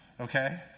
okay